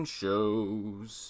shows